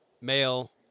male